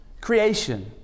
Creation